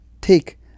take